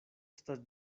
estas